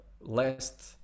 last